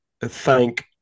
thank